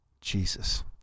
Jesus